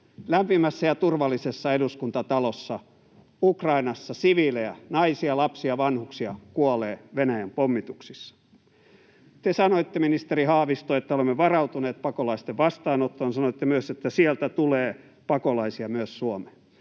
lämpimässä ja turvallisessa Eduskuntatalossa, Ukrainassa siviilejä, naisia, lapsia, vanhuksia kuolee Venäjän pommituksissa. Te sanoitte, ministeri Haavisto, että olemme varautuneet pakolaisten vastaanottoon. Sanoitte myös, että sieltä tulee pakolaisia myös Suomeen.